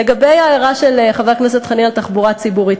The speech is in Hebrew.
לגבי ההערה של חבר הכנסת חנין על תחבורה ציבורית,